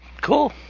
Cool